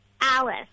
Alice